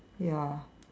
ya